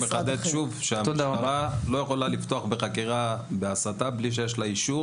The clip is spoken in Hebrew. משטרת ישראל לא יכולה לפתוח בחקירה על הסתה מבלי שיש לה אישור